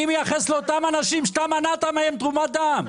אני מייחס לאותם אנשים שאתה מנעת מהם תרומת דם.